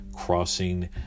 crossing